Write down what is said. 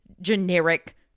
generic